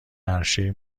عرشه